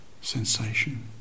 sensation